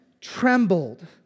trembled